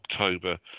October